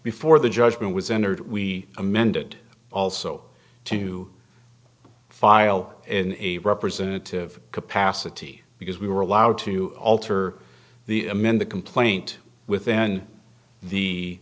before the judgment was entered we amended also too file in a representative capacity because we were allowed to alter the amend the complaint with the